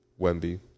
Wemby